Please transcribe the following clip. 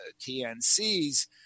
TNCs